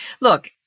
Look